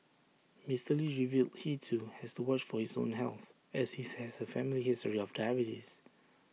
Mister lee revealed he too has to watch for his own health as he has A family history of diabetes